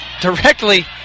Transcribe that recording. directly